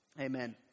Amen